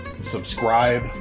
subscribe